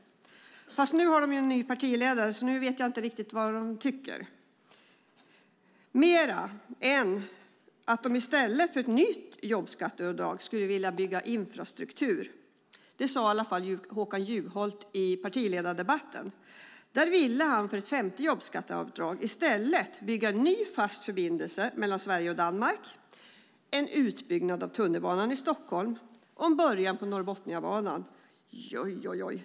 Men nu har de en ny partiledare, och då vet jag inte riktigt vad de tycker. Jag vet bara att de i stället för ett nytt jobbskatteavdrag skulle vilja bygga infrastruktur. Det sade i alla fall Håkan Juholt i partiledardebatten. Där sade han att han i stället för ett femte jobbskatteavdrag ville bygga en ny fast förbindelse mellan Sverige och Danmark, göra en utbyggnad av tunnelbanan i Stockholm och påbörja Norrbotniabanan.